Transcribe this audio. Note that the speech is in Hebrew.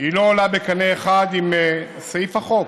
לא עולה בקנה אחד עם סעיף החוק,